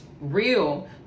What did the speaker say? real